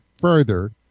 further